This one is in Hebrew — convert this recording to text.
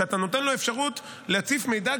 שאתה נותן לו אפשרות להציף מידע,